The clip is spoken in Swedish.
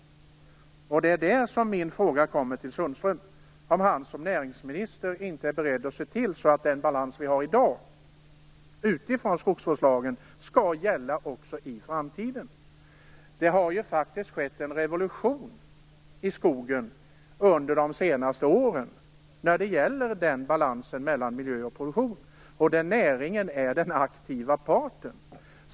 Det är i det sammanhanget jag ställer min fråga till Anders Sundström: Är Anders Sundström som näringsminister beredd att se till att den balans vi i dag har utifrån skogsvårdslagen också skall gälla i framtiden? Det har faktiskt skett en revolution i skogen under de senaste åren när det gäller balansen mellan miljö och produktion, och där är näringen den aktiva parten.